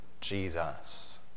Jesus